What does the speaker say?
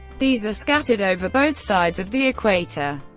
these are scattered over both sides of the equator.